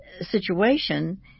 situation